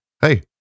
hey